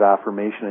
affirmation